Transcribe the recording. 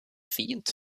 fint